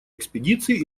экспедиции